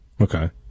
Okay